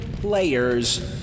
players